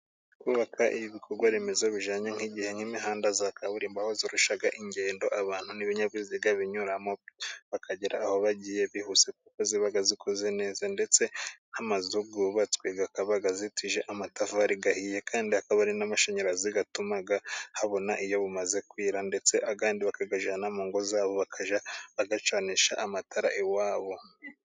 Kubaka ibikorwa remezo bijyanye nk'igihe nk'imihanda ya kaburimbo aho yoroshya ingendo abantu n'ibinyabiziga binyuramo, bakagera aho bagiye bihuse kuko iba ikoze neza, ndetse n'amazu yubatswe akaba azitijwe amatafari ahiye, kandi akaba ari n'amashanyarazi atuma habona iyo bumaze kwira ,ndetse andi bakayajyana mu ngo zabo bakajya bayacanisha amatara iwabo.